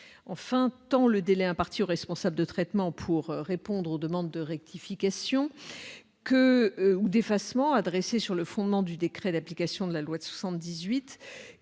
Enfin, tant le délai imparti au responsable de traitement pour répondre aux demandes de rectification ou d'effacement adressées sur le fondement du décret d'application de la loi de 1978,